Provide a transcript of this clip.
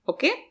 Okay